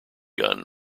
gun